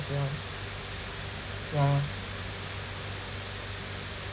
!wah! !wah!